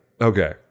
Okay